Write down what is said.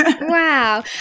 wow